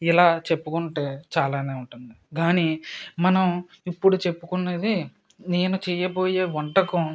ఇలా చెప్పుకుంటే చాలానే ఉంటుంది కానీ మనం ఇప్పుడు చెప్పుకున్నది నేను చేయబోయే వంటకం